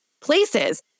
places